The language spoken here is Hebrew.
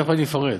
תכף אפרט.